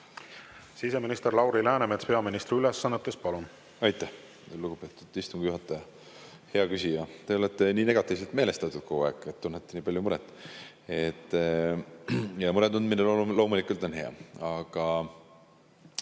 Siseminister Lauri Läänemets peaministri ülesannetes, palun! Aitäh, lugupeetud istungi juhataja! Hea küsija! Te olete nii negatiivselt meelestatud kogu aeg, tunnete nii palju muret. Mure tundmine on loomulikult hea. Aga